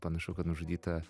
panašu kad nužudyta